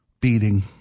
beating –